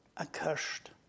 accursed